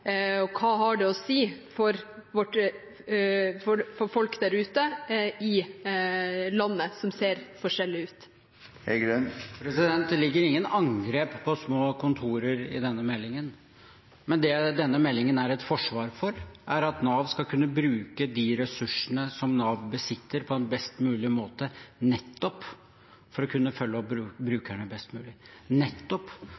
Og hva har det å si for folk der ute i landet – som ser forskjellig ut? Det ligger ingen angrep på små kontorer i denne meldingen. Det denne meldingen er et forsvar for, er at Nav skal kunne bruke de ressursene som Nav besitter, på en best mulig måte nettopp for å kunne følge opp